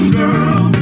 girl